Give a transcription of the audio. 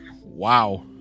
Wow